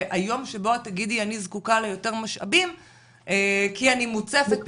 והיום שבו את תגידי אני זקוקה ליותר משאבים כי אני מוצפת בפניות,